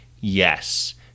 yes